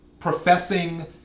professing